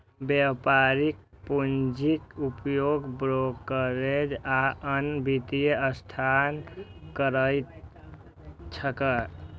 व्यापारिक पूंजीक उपयोग ब्रोकरेज आ आन वित्तीय संस्थान करैत छैक